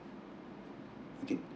okay